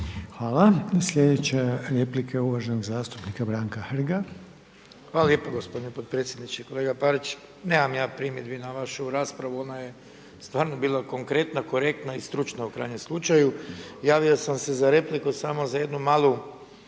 Hvala. I sljedeća replika je uvaženog zastupnika Branka Hrga. **Hrg, Branko (HDS)** Hvala lijepo gospodine potpredsjedniče. Kolega Parić, nemam ja primjedbi na vašu raspravu, ona je stvarno bila konkretna, korektna i stručna u krajnjem slučaju. Javio sam se za repliku samo za jednu malu